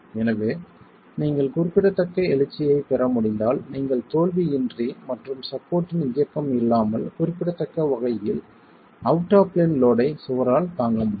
எனவே நீங்கள் குறிப்பிடத்தக்க எழுச்சியைப் பெற முடிந்தால் நீங்கள் தோல்வியின்றி மற்றும் சப்போர்ட்டின் இயக்கம் இல்லாமல் குறிப்பிடத்தக்க வகையில் அவுட் ஆப் பிளேன் லோட் ஐ சுவரால் தாங்க முடியும்